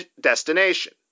destination